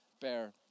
bear